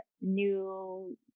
new